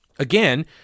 Again